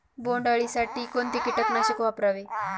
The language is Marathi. बोंडअळी साठी कोणते किटकनाशक वापरावे?